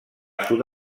sud